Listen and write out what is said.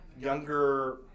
younger